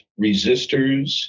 resistors